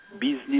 Business